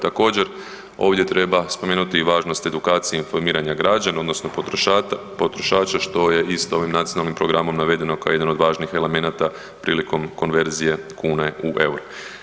Također ovdje treba spomenuti i važnost edukacije i informiranja građana odnosno potrošača, što je isto ovim nacionalnim programom navedeno kao jedan od važnih elemenata prilikom konverzije kune u EUR.